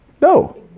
no